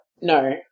No